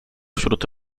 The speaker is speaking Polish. wśród